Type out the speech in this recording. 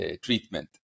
treatment